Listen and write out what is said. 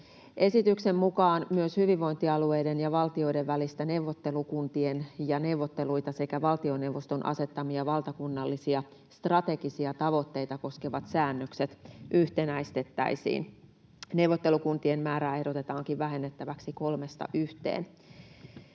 Esityksen mukaan myös hyvinvointialueiden ja valtion välisiä neuvottelukuntia ja neuvotteluita sekä valtioneuvoston asettamia valtakunnallisia strategisia tavoitteita koskevat säännökset yhtenäistettäisiin. Neuvottelukuntien määrää ehdotetaankin vähennettäväksi kolmesta yhteen.